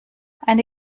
eine